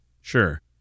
Sure